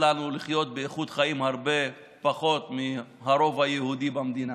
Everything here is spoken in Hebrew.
לנו לחיות באיכות חיים הרבה פחות מהרוב היהודי במדינה,